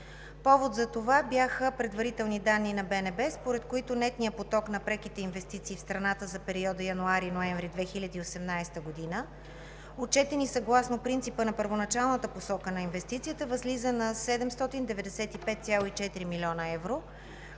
Повод за това бяха предварителни данни на БНБ, според които нетният поток на преките инвестиции в страната за периода януари-ноември 2018 г., отчетен спрямо принципа за първоначалната посока на инвестицията, възлиза на 795,4 млн. евро,